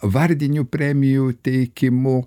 vardinių premijų teikimu